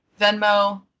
Venmo